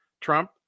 Trump